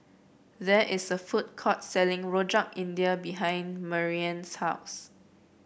there is a food court selling Rojak India behind Marianne's house